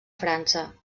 frança